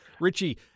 Richie